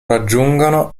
raggiungono